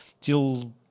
till